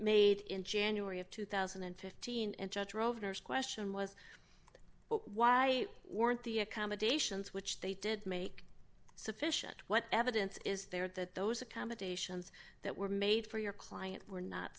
made in january of two thousand and fifteen and judge rovner is question was why weren't the accommodations which they did make sufficient what evidence is there that those accommodations that were made for your client were not